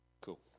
Cool